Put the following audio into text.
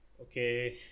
Okay